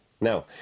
Now